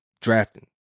drafting